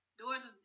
doors